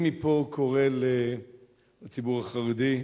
תודה, אני מפה קורא לציבור החרדי,